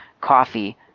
coffee